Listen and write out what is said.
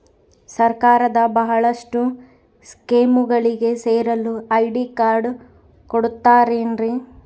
ಸರ್ಕಾರದ ಬಹಳಷ್ಟು ಸ್ಕೇಮುಗಳಿಗೆ ಸೇರಲು ಐ.ಡಿ ಕಾರ್ಡ್ ಕೊಡುತ್ತಾರೇನ್ರಿ?